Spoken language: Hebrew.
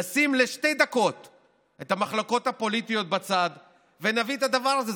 נשים לשתי דקות את המחלוקות הפוליטיות בצד ונביא את הדבר הזה.